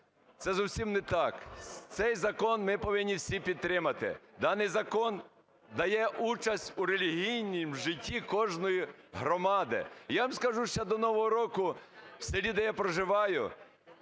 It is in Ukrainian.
це зовсім не так. Цей закон ми повинні всі підтримати. Даний закон дає участь у релігійному житті кожної громади. Я вам скажу, ще до Нового року в селі, де я проживаю,